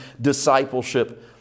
discipleship